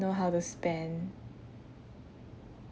know how to spend